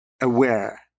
aware